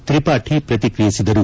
ತ್ರಿಪಾಠಿ ಪ್ರತಿಕ್ರಿಯಿಸಿದರು